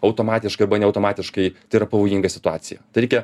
automatiškai arba neautomatiškai tai yra pavojinga situacija tai reikia